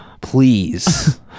Please